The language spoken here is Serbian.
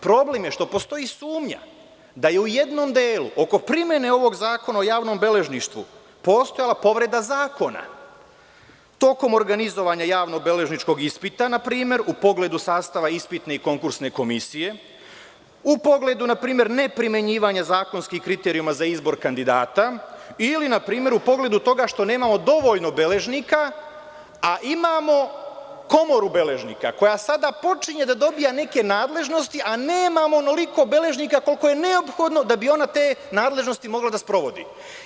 Problem je što postoji sumnja da je u jednom delu oko primene ovog zakona o javnom beležništvu postojala povreda zakona tokom organizovanja javno-beležničkog ispita, na primer, u pogledu sastava ispitne i konkursne komisije, u pogledu neprimenjivanja zakonskih kriterijuma za izbor kandidata ili, na primer, u pogledu toga što nemamo dovoljno beležnika, a imamo komoru beležnika koja sada počinje da dobija neke nadležnosti a nemamo onoliko beležnika koliko je neophodno da bi ona te nadležnosti mogla da sprovodi.